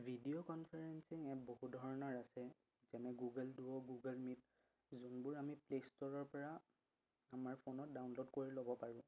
video conferencing app বহুত ধৰণৰ আছে যেনে গুগল দুঅ' গুগল মিট যোনবোৰ আমি প্লে ষ্ট'ৰৰপৰা আমাৰ ফোনত ডাউনলোড কৰি ল'ব পাৰোঁ